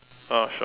uh sure